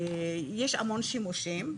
יש המון שימושים.